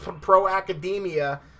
pro-academia